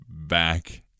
back